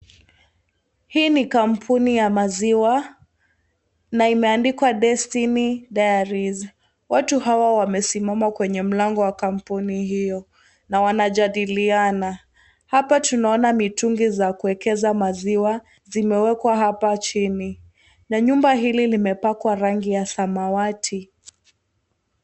Hii ni kampuni ya maziwa na imeandikwa Destiny Diaries , watu hawa wamesimama kwenye mlango wa kampuni hio na wanajadiliana, hapa tunaona mitungi za kuwekezana maziwa zimewekwa hapa chini na nyumba hili limepakwa rangi ya samawati.